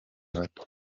bato